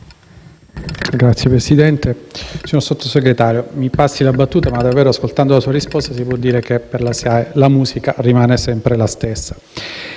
CRIMI *(M5S)*. Signor Sottosegretario, mi passi la battuta: ascoltando la sua risposta si può dire che per la SIAE la musica rimane sempre la stessa.